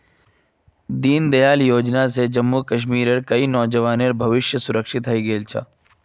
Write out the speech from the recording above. दीनदयाल योजना स जम्मू कश्मीरेर कई नौजवानेर भविष्य सुरक्षित हइ गेल छ